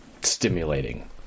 stimulating